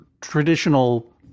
traditional